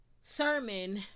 sermon